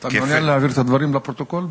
אתה מעוניין להעביר את הדברים לפרוטוקול,